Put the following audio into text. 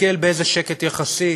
תסתכל באיזה שקט יחסי